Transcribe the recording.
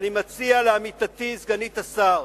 ואני מציע לעמיתתי סגנית השר,